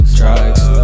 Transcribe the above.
drugs